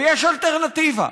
יש אלטרנטיבה.